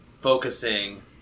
focusing